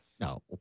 No